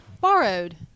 borrowed